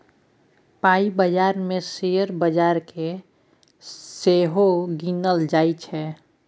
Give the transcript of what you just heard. पाइ बजार मे शेयर बजार केँ सेहो गिनल जाइ छै